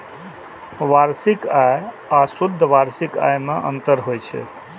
वार्षिक आय आ शुद्ध वार्षिक आय मे अंतर होइ छै